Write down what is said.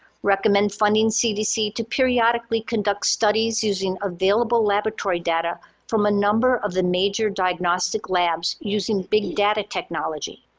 recommend funding cdc to periodically conduct studies using available laboratory data from a number of the major diagnostic labs using big data technology.